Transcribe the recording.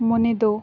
ᱢᱚᱱᱮ ᱫᱚ